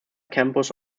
campus